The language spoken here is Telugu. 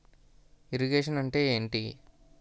ఇరిగేషన్ అంటే ఏంటీ?